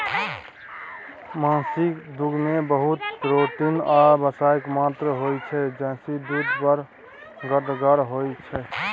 महिषक दुधमे बहुत प्रोटीन आ बसाक मात्रा होइ छै जाहिसँ दुध बड़ गढ़गर होइ छै